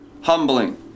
humbling